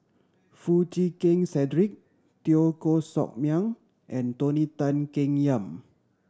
Foo Chee Keng Cedric Teo Koh Sock Miang and Tony Tan Keng Yam